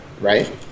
Right